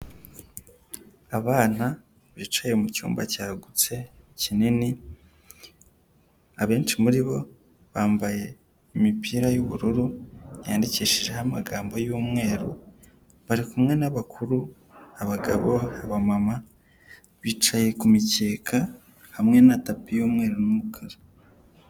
Abana bicaye mu cyumba cyagutse kinini, abenshi muri bo bambaye imipira y'ubururu yandikishijeho amagambo y'umweru, bari kumwe n'abakuru abagabo abamama bicaye kumikeka hamwe na tapi y'umweru n'umukara.